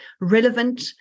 relevant